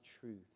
truth